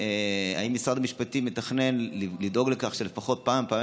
האם משרד המשפטים מתכנן לדאוג לכך שלפחות פעם או פעמיים